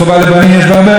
אבל ברוב המדינות,